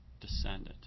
descendant